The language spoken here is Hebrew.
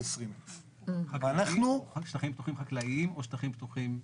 20,000. רק שטחים פתוחים חקלאיים או שטחים פתוחים?